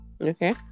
okay